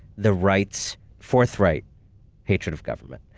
the right's forthright hatred of government.